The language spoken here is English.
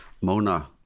Mona